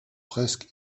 presque